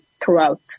throughout